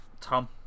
Tom